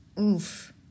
Oof